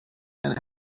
and